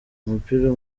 umupira